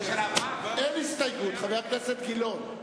אין הסתייגות, חבר הכנסת גילאון.